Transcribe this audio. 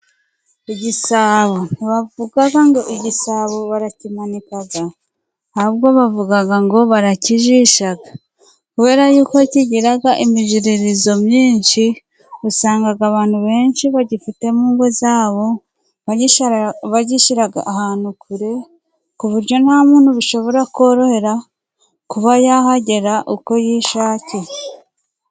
Igisabo, ntibavuga ngo igisabo barakimanika ahubwo bavuga ngo barakijisha, kubera yuko kigira imiziririzo myinshi, usanga abantu benshi bagifite mu ngo zabo bagishyira ahantu kure, ku buryo nta muntu bishobora korohera kuba yahagera uko yishakiye.